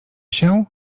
się